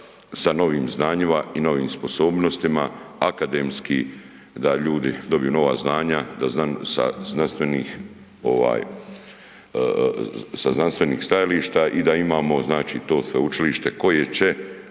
sa novim znanjima i novim sposobnostima, akademski da ljudi dobiju nova znanja, da znaju sa znanstvenih stajališta i da imamo znači to sveučilište koje će